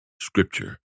Scripture